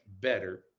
better